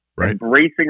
embracing